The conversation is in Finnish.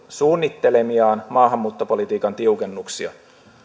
suunnittelemiaan maahanmuuttopolitiikan tiukennuksia